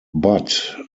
but